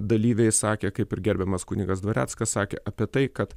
dalyviai sakė kaip ir gerbiamas kunigas dvareckas sakė apie tai kad